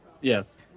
Yes